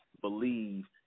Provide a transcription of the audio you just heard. believe